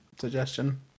suggestion